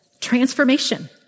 transformation